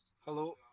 Hello